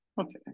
Okay